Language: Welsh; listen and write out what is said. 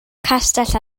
castell